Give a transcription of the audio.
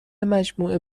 مجموعه